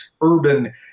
urban